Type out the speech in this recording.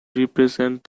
represent